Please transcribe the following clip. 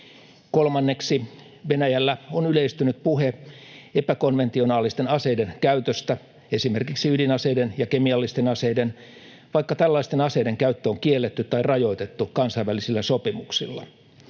Kolmanneksi, Venäjällä on yleistynyt puhe epäkonventionaalisten aseiden käytöstä, esimerkiksi ydinaseiden ja kemiallisten aseiden, vaikka tällaisten aseiden käyttö on kielletty tai rajoitettu kansainvälisillä sopimuksilla.